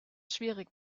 schwierig